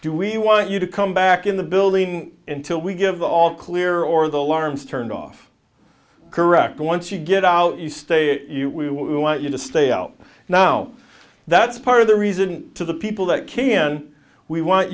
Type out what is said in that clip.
do we want you to come back in the building until we give the all clear or the alarms turned off correct once you get out you stay it you we want you to stay out now that's part of the reason to the people that can we want